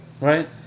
right